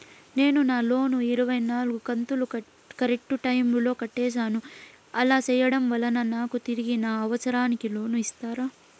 నేను నా లోను ఇరవై నాలుగు కంతులు కరెక్టు టైము లో కట్టేసాను, అలా సేయడం వలన నాకు తిరిగి నా అవసరానికి లోను ఇస్తారా?